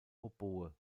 oboe